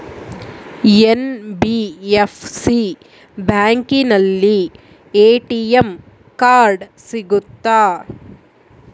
NBFC ಬ್ಯಾಂಕಿನಲ್ಲಿ ATM card ಸಿಗುತ್ತಾ?